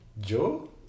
Joe